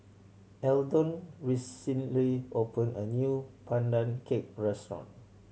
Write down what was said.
Eldon recently opened a new Pandan Cake restaurant